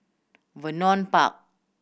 Vernon Park